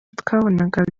twabonaga